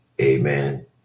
Amen